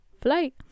flight